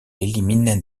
élimine